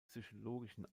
psychologischen